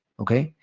okay?